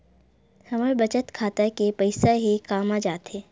हमर बचत खाता के पईसा हे कामा जाथे?